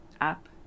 up